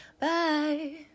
Bye